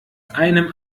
einem